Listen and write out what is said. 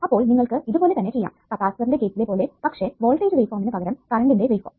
അപ്പോൾ നിങ്ങൾക്ക് ഇതുപോലെ തന്നെ ചെയ്യാം കപ്പാസിറ്ററിന്റെ കേസ്സിലെ പോലെ പക്ഷെ വോൾടേജ് വേവ്ഫോമിനു പകരം കറണ്ടിന്റെ വേവ്ഫോം